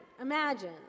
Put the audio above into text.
imagine